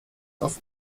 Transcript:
auf